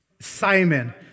Simon